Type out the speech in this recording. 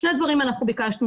שני דברים אנחנו ביקשנו.